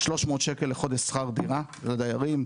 300 ₪ לחודש שכר דירה לדיירים.